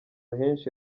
henshi